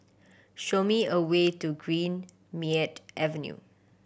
show me a way to Greenmead Avenue